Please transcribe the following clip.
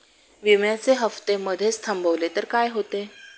विम्याचे हफ्ते मधेच थांबवले तर काय होते?